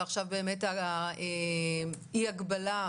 ועכשיו באמת על אי הגבלה,